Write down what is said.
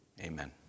Amen